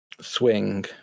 swing